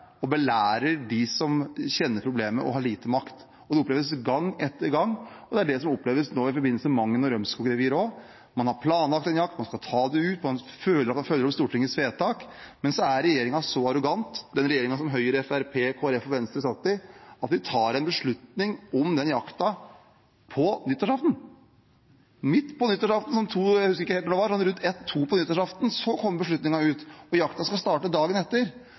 og belærer dem som kjenner problemet og har lite makt. Det oppleves gang etter gang, og det er det som nå også oppleves i forbindelse med Mangen- og Rømskog-revirene. Man har planlagt en jakt, man skal ta det ut, man føler at man følger opp Stortingets vedtak. Men så er regjeringen så arrogant – den regjeringen som Høyre, Fremskrittspartiet, Kristelig Folkeparti og Venstre satt i – at den tar en beslutning om den jakten på nyttårsaften. Midt på nyttårsaften – jeg husker ikke helt når det var, sånn rundt klokka ett eller to – kom beslutningen ut, og jakten skulle egentlig starte dagen etter.